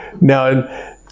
Now